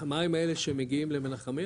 המים האלה שמגיעים למנחמיה,